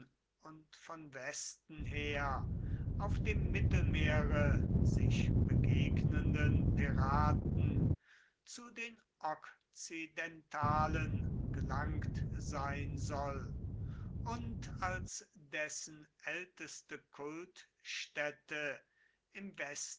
und von westen her auf dem mittelmeere sich begegnenden piraten zu den okzidentalen gelangt sein soll und als dessen älteste kultstätte im westen